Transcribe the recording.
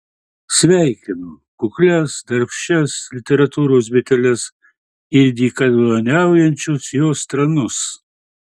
sveikinu kuklias darbščias literatūros biteles ir dykaduoniaujančius jos tranus